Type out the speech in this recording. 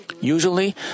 Usually